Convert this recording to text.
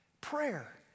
prayer